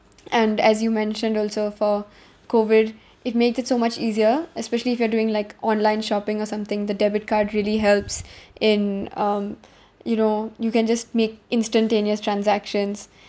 and as you mentioned also for COVID it made it so much easier especially if you are doing like online shopping or something the debit card really helps in um you know you can just make instantaneous transactions